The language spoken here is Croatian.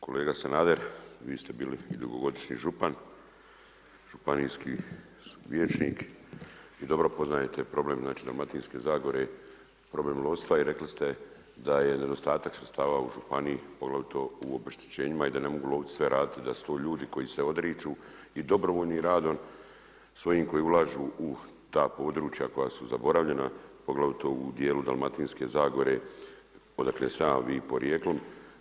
Kolega Sanader, vi ste bili i dugogodišnji župan, županijski vijećnik i dobro poznajete problem znači Dalmatinske zagore, problem lovstva i rekli ste da je nedostatak sredstava u županiji, poglavito u obeštećenjima i da ne mogu lovci sve raditi i da su to ljudi koji se odriču i dobrovoljnim radom svojim koji ulažu u ta područja koja su zaboravljena poglavito u dijelu Dalmatinske zagore odakle sam ja i porijeklom.